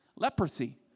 Leprosy